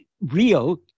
real